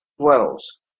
dwells